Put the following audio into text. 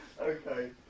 okay